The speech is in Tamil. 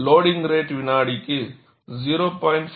லோடிங்க் ரேட் வினாடிக்கு 0